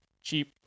cheap